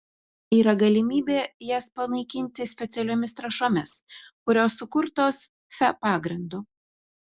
yra galimybė jas panaikinti specialiomis trąšomis kurios sukurtos fe pagrindu